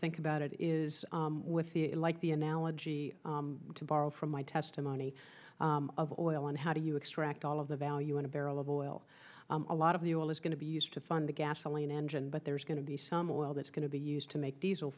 think about it is with the like the analogy to borrow from my testimony of oil and how do you extract all of the value in a barrel of oil a lot of the oil is going to be used to fund the gasoline engine but there's going to be some oil that's going to be used to make diesel